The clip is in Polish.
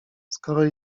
skoro